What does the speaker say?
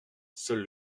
seul